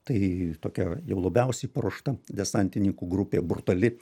tai tokia jau labiausiai paruošta desantininkų grupė brutali